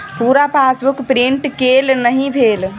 पूरा passbook print केल नहि भेल